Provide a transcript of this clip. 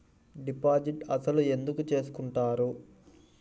Deposit అసలు ఎందుకు చేసుకుంటారు?